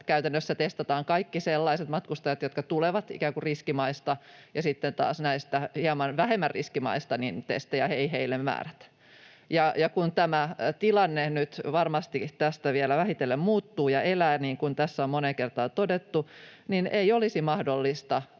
käytännössä testataan kaikki sellaiset matkustajat, jotka tulevat ikään kuin riskimaista, ja sitten taas näistä hieman vähemmän riskin maista tulleille testejä ei määrätä. Kun tämä tilanne nyt varmasti tästä vielä vähitellen muuttuu ja elää, niin kuin tässä on moneen kertaan todettu, niin ei olisi mahdollista